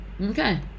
Okay